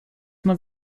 man